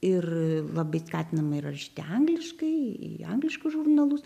ir labai skatinama ir rašyti angliškai į angliškus žurnalus